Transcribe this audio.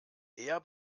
eher